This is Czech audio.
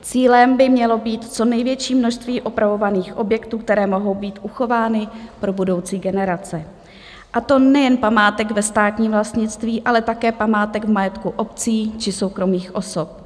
Cílem by mělo být co největší množství opravovaných objektů, které mohou být uchovány pro budoucí generace, a to nejen památek ve státním vlastnictví, ale také památek v majetku obcí či soukromých osob.